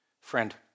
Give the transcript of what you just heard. Friend